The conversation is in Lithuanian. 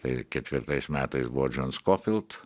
tai ketvirtais metais buvo džon skofilt